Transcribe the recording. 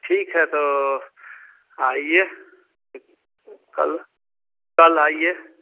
ठीक है तो आइए कल कल आइए